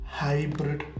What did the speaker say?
hybrid